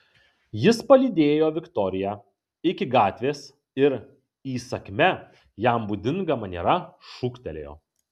jis palydėjo viktoriją iki gatvės ir įsakmia jam būdinga maniera šūktelėjo